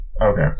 Okay